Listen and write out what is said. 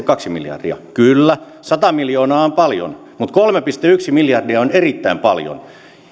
kaksi miljardia kyllä sata miljoonaa on paljon mutta kolme pilkku yksi miljardia on erittäin paljon